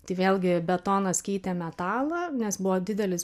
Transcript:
tai vėlgi betonas keitė metalą nes buvo didelis